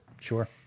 Sure